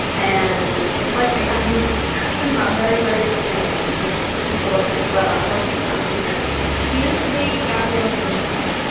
and it's like, like i'm but and um very, very committed to to the people of venezuela. that's why i'm here at the end of her day, gabriela goes to bed,